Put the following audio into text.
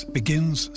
begins